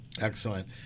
Excellent